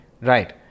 right